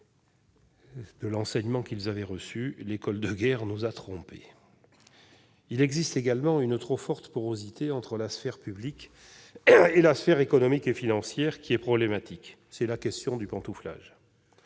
de l'enseignement qu'ils avaient reçu :" L'École de Guerre nous a trompés. "» La trop forte porosité entre la sphère publique et les sphères économique et financière est également problématique : c'est la question du « pantouflage